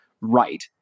right